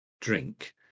drink